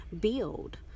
build